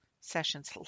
sessions